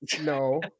No